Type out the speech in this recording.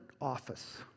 office